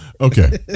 Okay